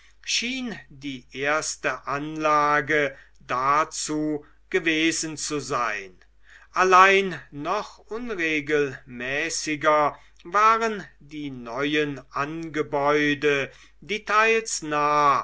die erste anlage dazu gewesen zu sein allein noch unregelmäßiger waren die neuen angebäude die teils nah